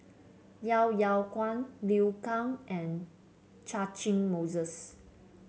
Yeo Yeow Kwang Liu Kang and Catchick Moses